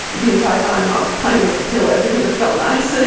the entire time i was playing with the pillow because it felt nice. so